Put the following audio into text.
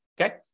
okay